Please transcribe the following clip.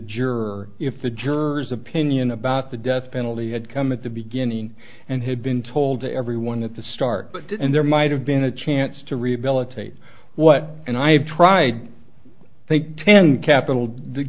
juror if the jurors opinion about the death penalty had come at the beginning and had been told everyone at the start and there might have been a chance to read militate what and i have tried i think can capital